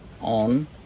on